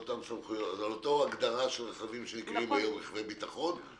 זה על אותה הגדרה של רכבים שנקראים היום רכבי ביטחון.